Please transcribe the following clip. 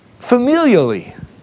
familially